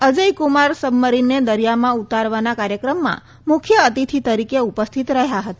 અજયકુમાર સબમરીનને દરિયામાં ઉતારવાના કાર્યક્રમમાં મુખ્ય અતિથિ તરીકે ઉપસ્થિત રહ્યા હતા